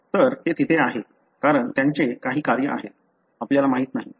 तर ते तिथे आहेत कारण त्यांचे काही कार्य आहे आपल्याला माहित नाही